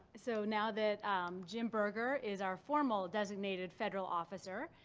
so now that jim berger is our formal designated federal officer,